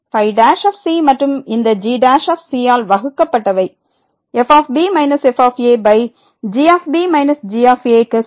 ϕ மற்றும் இந்த g ஆல் வகுக்கப்பட்டவை fb f g g க்கு சமம்